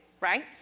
right